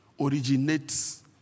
Originates